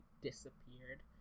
disappeared